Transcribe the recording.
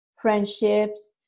friendships